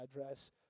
address